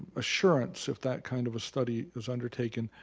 assurance if that kind of a study is undertaken,